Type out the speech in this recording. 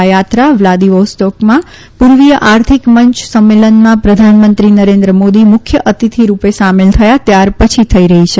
આ યાત્રા વ્લાદીવીસ્તોકમાં પુર્વીય આર્થિક મંચ સંમેલનમાં પ્રધાનમંત્રી નરેન્દ્ર મોદી મુખ્ય અતિથી રૂપે સામેલ થયા ત્યાર પછી થઈ રહી છે